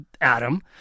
Adam